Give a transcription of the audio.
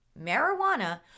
Marijuana